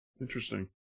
Interesting